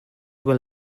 were